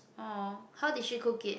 oh how did she cook it